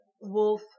Wolf